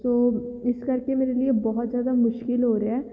ਸੋ ਇਸ ਕਰਕੇ ਮੇਰੇ ਲਈ ਇਹ ਬਹੁਤ ਜ਼ਿਆਦਾ ਮੁਸ਼ਕਲ ਹੋ ਰਿਹਾ